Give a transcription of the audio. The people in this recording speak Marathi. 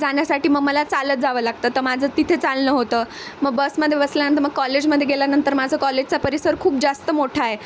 जाण्यासाठी मग मला चालत जावं लागतं तर माझं तिथे चालणं होतं मग बसमध्ये बसल्यानंतर मग कॉलेजमध्ये गेल्यानंतर माझं कॉलेजचा परिसर खूप जास्त मोठा आहे